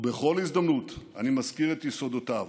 ובכל הזדמנות אני מזכיר את יסודותיו,